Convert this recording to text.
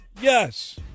yes